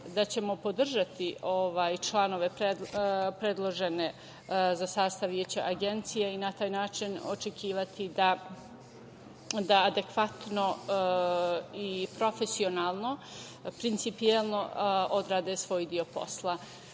klub, podržati članove predložene za sastav Veća Agencije i na taj način očekivati da adekvatno, profesionalno, principijelno odrade svoj deo